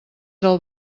del